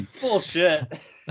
Bullshit